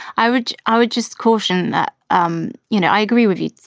i would i would just caution that, um you know, i agree with you,